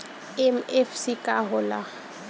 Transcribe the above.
MFC का होला?